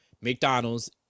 McDonald's